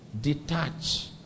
Detach